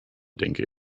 denke